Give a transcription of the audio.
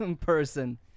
Person